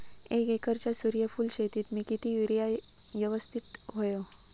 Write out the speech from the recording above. एक एकरच्या सूर्यफुल शेतीत मी किती युरिया यवस्तित व्हयो?